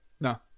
No